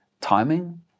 timing